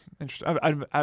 Interesting